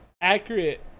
accurate